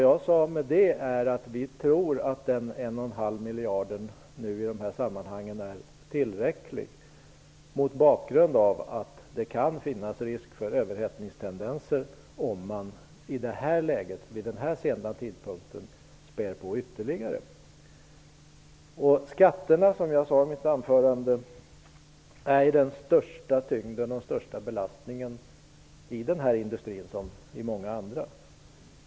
Jag sade att vi tror att dessa 1,5 miljarder är tillräckliga i det här sammanhanget. Det kan finnas risk för överhettningstendenser om man i det här läget, vid den här sena tidpunkten, spär på ytterligare. Skatterna är den största belastningen i den här industrin, som i många andra.